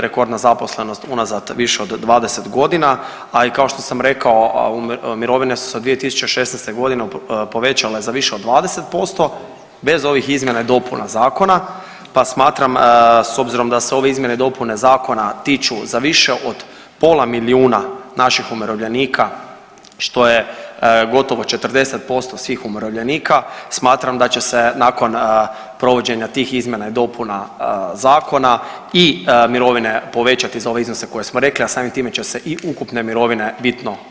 Rekordna zaposlenost unazad više od 20 godina, a i kao što sam rekao mirovine su sa 2016. godine povećane za više od 20% bez ovih izmjena i dopuna zakona, pa smatram s obzirom da se ove izmjene i dopune zakona tiču za više od pola milijuna naših umirovljenika što je gotovo 40% svih umirovljenika smatram da će se nakon provođenja tih izmjena i dopuna zakona i mirovine povećati za ove iznose koje smo rekli, a samim time će se i ukupne mirovine bitno